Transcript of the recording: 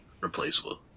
replaceable